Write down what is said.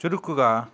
చురుకుగా